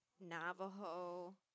Navajo